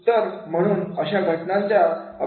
तर म्हणून अशा घटनांमध्ये हे खूप महत्त्वाचे आहे